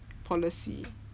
policy